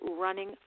running